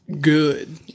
good